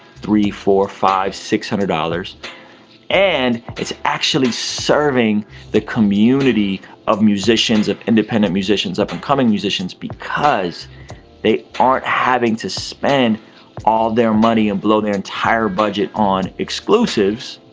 three, four, five, six hundred dollars and it's actually serving the community of musicians, independent musicians, up and coming musicians because they aren't having to spend all their money and blow their entire budget on exclusives.